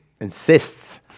insists